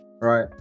right